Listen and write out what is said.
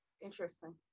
Interesting